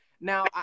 now